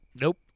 Nope